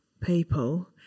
people